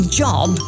job